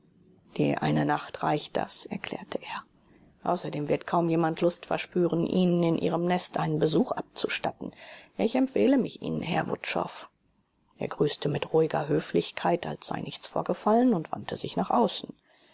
die eine nacht reicht das erklärte er außerdem wird kaum jemand lust verspüren ihnen in ihrem nest einen besuch abzustatten ich empfehle mich ihnen herr wutschow er grüßte mit ruhiger höflichkeit als sei nichts vorgefallen und wandte sich nach außen